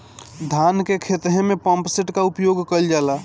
धान के ख़हेते में पम्पसेट का उपयोग कइल जाला?